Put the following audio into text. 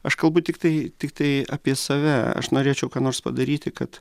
aš kalbu tiktai tiktai apie save aš norėčiau ką nors padaryti kad